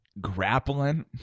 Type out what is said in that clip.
grappling